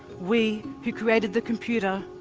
we who created the computer,